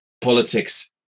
politics